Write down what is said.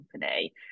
company